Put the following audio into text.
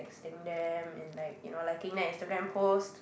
texting them and like you know liking their Instagram post